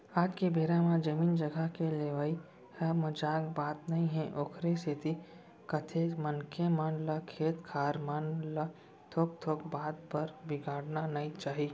आज के बेरा म जमीन जघा के लेवई ह मजाक बात नई हे ओखरे सेती कथें मनखे मन ल खेत खार मन ल थोक थोक बात बर बिगाड़ना नइ चाही